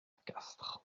castres